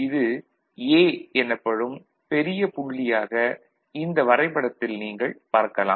இது A எனப்படும் பெரிய புள்ளியாக இந்த வரைபடத்தில் நீங்கள் பார்க்கலாம்